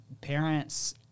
parents